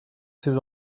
ses